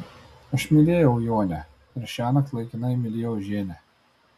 aš mylėjau jonę ir šiąnakt laikinai mylėjau ženią